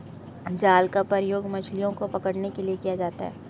जाल का प्रयोग मछलियो को पकड़ने के लिये किया जाता है